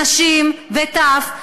נשים וטף.